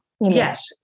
Yes